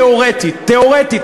תיאורטית,